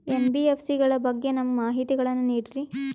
NBFC ಗಳ ಬಗ್ಗೆ ನಮಗೆ ಮಾಹಿತಿಗಳನ್ನ ನೀಡ್ರಿ?